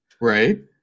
Right